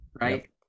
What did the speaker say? right